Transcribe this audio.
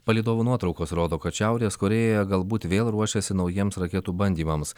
palydovų nuotraukos rodo kad šiaurės korėja galbūt vėl ruošiasi naujiems raketų bandymams